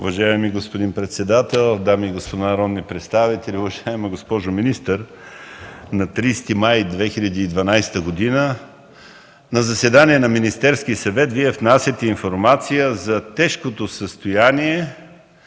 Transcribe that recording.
Уважаеми господин председател, дами и господа народни представители, уважаема госпожо министър! На 30 май 2012 г. на заседание на Министерския съвет Вие внасяте информация за тежкото състояние